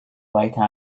weiter